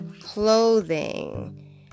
clothing